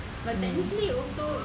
mm